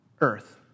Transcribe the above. Earth